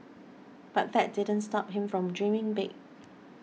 but that didn't stop him from dreaming big